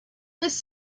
this